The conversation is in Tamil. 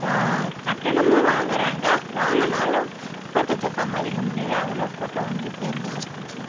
கட்டணமும் வாங்குறாங்க வாங்கினாலும் கூட்டத்தை சமாளிக்க முடியலை அவ்வளோ கூட்டம் வந்துட்டு இருக்குது ஹாஸ்பிடலுக்கு